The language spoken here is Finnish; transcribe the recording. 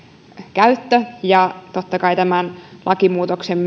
käyttö ja totta kai tämän lakimuutoksen